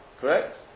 Correct